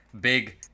big